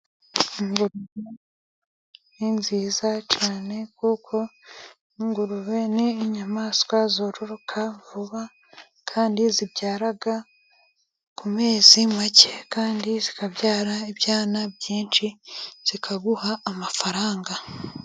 Ingurube ni nziza cyane kuko n'ingurube ni inyamaswa zororoka vuba, kandi zibyara ku mezi make, kandi zikabyara ibyana byinshi zikaguha amafaranga.